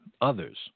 others